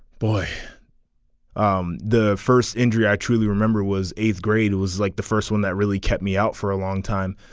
boy um the first injury i truly remember was eighth grade it was like the first one that really kept me out for a long time.